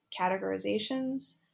categorizations